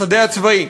השדה הצבאי.